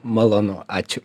malonu ačiū